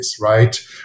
right